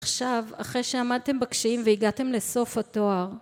עכשיו אחרי שעמדתם בקשיים והגעתם לסוף התואר